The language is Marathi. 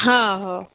हां हो